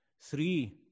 three